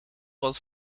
wat